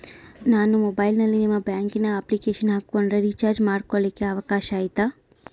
ನಾನು ಮೊಬೈಲಿನಲ್ಲಿ ನಿಮ್ಮ ಬ್ಯಾಂಕಿನ ಅಪ್ಲಿಕೇಶನ್ ಹಾಕೊಂಡ್ರೆ ರೇಚಾರ್ಜ್ ಮಾಡ್ಕೊಳಿಕ್ಕೇ ಅವಕಾಶ ಐತಾ?